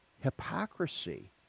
hypocrisy